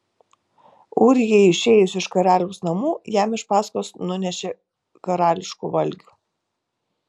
ūrijai išėjus iš karaliaus namų jam iš paskos nunešė karališkų valgių